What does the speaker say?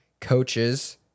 coaches